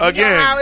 Again